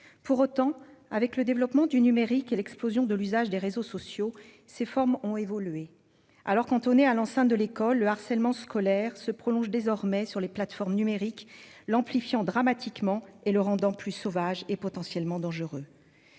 pour autant avec le développement du numérique et l'explosion de l'usage des réseaux sociaux ces formes ont évolué alors cantonnées à l'enceinte de l'école. Le harcèlement scolaire se prolonge désormais sur les plateformes numériques l'amplifiant dramatiquement et le rendant plus sauvage et potentiellement dangereux.